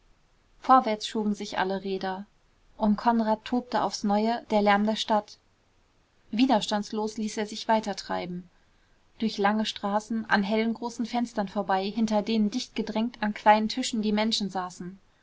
vorwärts schoben sich alle räder um konrad tobte aufs neue der lärm der stadt widerstandslos ließ er sich weitertreiben durch lange straßen an hellen großen fenstern vorbei hinter denen dichtgedrängt an kleinen tischen die menschen saßen